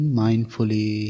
mindfully